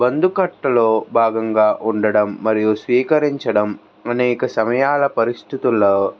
బందుకట్టలో భాగంగా ఉండడం మరియు స్వీకరించడం అనేక సమయాల పరిస్థితుల్లో